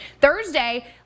Thursday